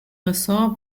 resort